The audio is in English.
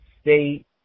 state